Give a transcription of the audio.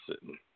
sitting